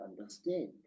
understand